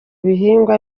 bihingwa